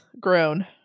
grown